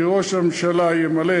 כי ראש הממשלה ימלא,